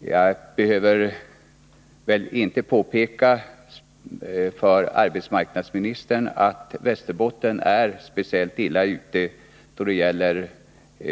Jag behöver väl inte påpeka för arbetsmarknadsministern att Västerbotten är speciellt illa ute då det gäller